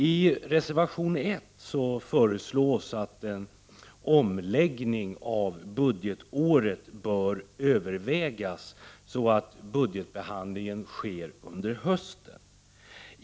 I reservation 1 föreslås att en omläggning av budgetåret bör övervägas, så att budgetbehandlingen sker under hösten.